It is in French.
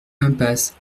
impasse